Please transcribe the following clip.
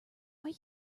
are